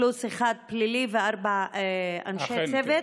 פלוס אחד פלילי וארבעה אנשי צוות.